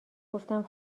گفتم